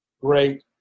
great